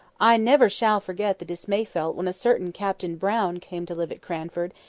i never shall forget the dismay felt when a certain captain brown came to live at cranford,